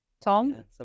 Tom